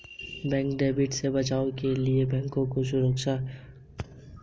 bank डकैती से बचाव के लिए बैंकों में सुरक्षा कैमरे लगाये गये